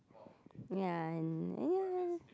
yeah and yeah yeah